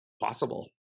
possible